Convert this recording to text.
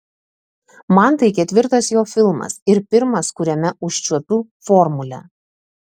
man tai ketvirtas jo filmas ir pirmas kuriame užčiuopiu formulę